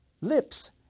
lips